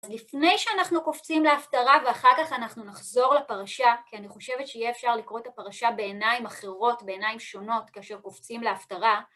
לפני שאנחנו קופצים להפטרה ואחר כך אנחנו נחזור לפרשה, כי אני חושבת שיהיה אפשר לקרוא את הפרשה בעיניים אחרות, בעיניים שונות, כאשר קופצים להפטרה.